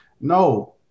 No